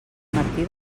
martí